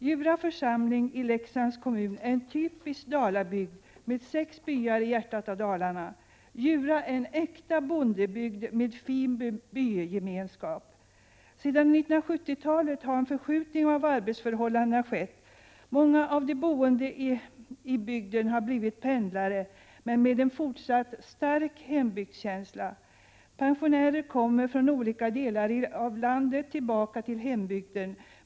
Djura församling i Leksands kommun är en typisk Dalabygd med sex byar i hjärtat av Dalarna. Djura är en äkta bondebygd med fin bygemenskap. Sedan 1970-talet har en förskjutning av arbetsförhållandena skett. Många av de boende i bygden har blivit pendlare, men med en fortsatt stark hembygdskänsla. Pensionärer kommer från olika delar av landet tillbaka till hembygden.